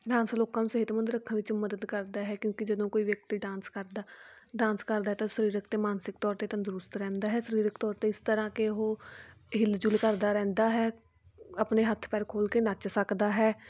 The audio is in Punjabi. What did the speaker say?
ਡਾਂਸ ਲੋਕਾਂ ਨੂੰ ਸਿਹਤਮੰਦ ਰੱਖਣ ਵਿੱਚ ਮਦਦ ਕਰਦਾ ਹੈ ਕਿਉਂਕਿ ਜਦੋਂ ਕੋਈ ਵਿਅਕਤੀ ਡਾਂਸ ਕਰਦਾ ਡਾਂਸ ਕਰਦਾ ਹੈ ਤਾਂ ਉਹ ਸਰੀਰਕ ਅਤੇ ਮਾਨਸਿਕ ਤੌਰ 'ਤੇ ਤੰਦਰੁਸਤ ਰਹਿੰਦਾ ਹੈ ਸਰੀਰਕ ਤੌਰ 'ਤੇ ਇਸ ਤਰ੍ਹਾਂ ਕਿ ਉਹ ਹਿਲਜੁਲ ਕਰਦਾ ਰਹਿੰਦਾ ਹੈ ਆਪਣੇ ਹੱਥ ਪੈਰ ਖੋਲ੍ਹ ਕੇ ਨੱਚ ਸਕਦਾ ਹੈ